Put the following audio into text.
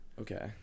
okay